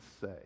say